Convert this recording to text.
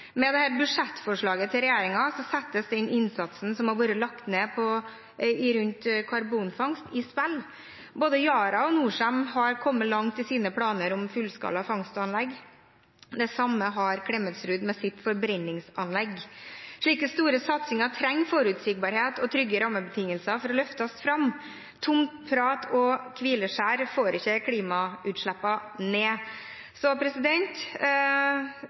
Med dette budsjettforslaget fra regjeringen settes den innsatsen som har vært lagt ned rundt karbonfangst, i spill. Både Yara og Norcem har kommet langt i sine planer om fullskala fangstanlegg. Det samme har Klemetsrud med sitt forbrenningsanlegg. Slike store satsinger trenger forutsigbarhet og trygge rammebetingelser for å løfte oss fram. Tomt prat og hvileskjær får ikke klimagassutslippene ned.